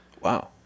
Wow